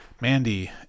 mandy